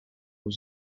aux